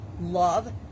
love